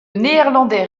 néerlandais